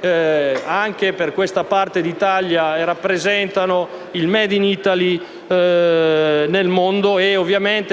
anche per questa parte d'Italia, rappresentano il *made in Italy* nel mondo e,